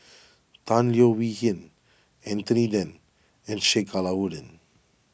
Tan Leo Wee Hin Anthony then and Sheik Alau'ddin